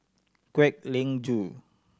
Kwek Leng Joo